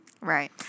Right